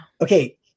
Okay